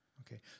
Okay